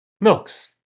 milks